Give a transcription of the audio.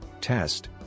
test